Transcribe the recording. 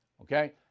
Okay